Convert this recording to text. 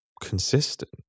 consistent